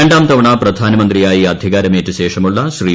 രണ്ടാം തവണ പ്രധാനമന്ത്രിയായി അധികാരമേറ്റ ശേഷമുള്ള ശ്രീ